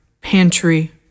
Pantry